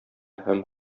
һәм